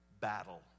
battle